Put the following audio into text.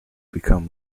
become